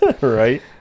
right